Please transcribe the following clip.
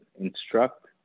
Instruct